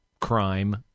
crime